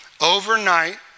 overnight